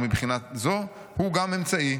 ומבחינה זו הוא גם אמצעי.